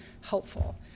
helpful